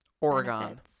Oregon